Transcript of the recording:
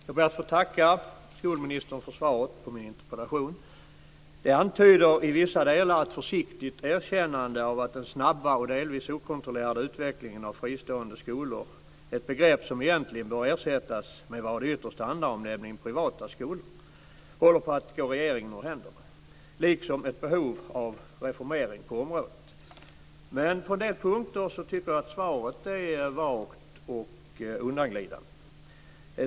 Fru talman! Jag ber att få tacka skolministern för svaret på min interpellation. Det antyder i vissa delar ett försiktigt erkännande av att den snabba och delvis okontrollerade utvecklingen av fristående skolor - ett begrepp som egentligen bör ersättas med vad det ytterst handlar om, nämligen privata skolor - håller på att gå regeringen ur händerna, liksom ett behov av reformering på området. Men på en del punkter tycker jag att svaret är vagt och undanglidande.